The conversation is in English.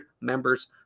members